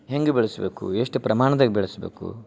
ಹೆಂಗೆ ಬೆಳಸಬೇಕು ಎಷ್ಟು ಪ್ರಮಾಣದಗ ಬೆಳ್ಸ್ಬೇಕು